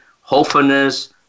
hopefulness